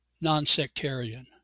non-sectarian